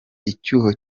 icyuho